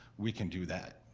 we can do that.